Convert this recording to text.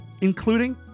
including